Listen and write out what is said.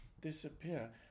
disappear